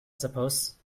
suppose